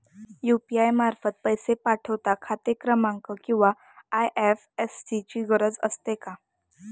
UPI मार्फत पैसे पाठवता खाते क्रमांक किंवा आय.एफ.एस.सी ची गरज असते का?